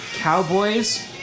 Cowboys